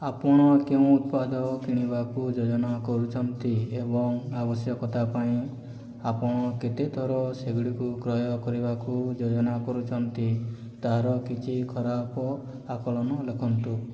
ଆପଣ କେଉଁ ଉତ୍ପାଦ କିଣିବାକୁ ଯୋଜନା କରୁଛନ୍ତି ଏବଂ ଆବଶ୍ୟକତା ପାଇଁ ଆପଣ କେତେଥର ସେଗୁଡ଼ିକୁ କ୍ରୟ କରିବାକୁ ଯୋଜନା କରୁଛନ୍ତି ତାହାର କିଛି ଖରାପ ଆକଳନ ଲେଖନ୍ତୁ